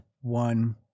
one